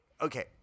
okay